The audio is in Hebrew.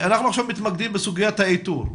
אנחנו עכשיו מתמקדים בסוגית האיתור,